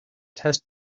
test